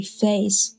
face